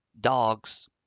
dogs